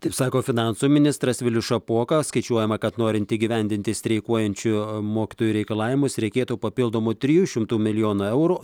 taip sako finansų ministras vilius šapoka skaičiuojama kad norint įgyvendinti streikuojančių mokytojų reikalavimus reikėtų papildomų trijų šimtų milijonų eurų